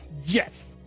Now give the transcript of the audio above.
Yes